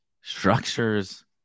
structures